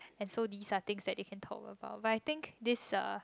and so these are things that they can talk about but I think this uh